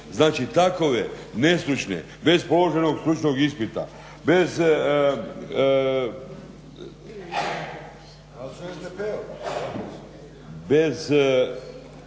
Znači takve nestručne, bez položenog stručnog ispita, bez